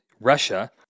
Russia